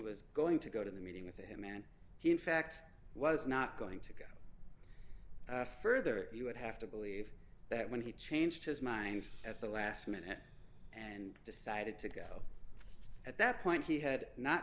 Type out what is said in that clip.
was going to go to the meeting with him and he in fact was not going to go further you would have to believe that when he changed his mind at the last minute and decided to go at that point he had not